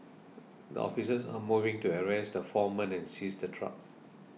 the officers a moved in to arrest the four men and seize the truck